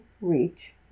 reach